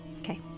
Okay